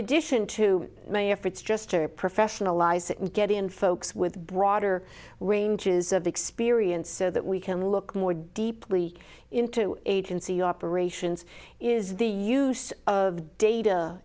addition to may if it's just her professionalized to get in folks with broader ranges of experience so that we can look more deeply into agency operations is the use of data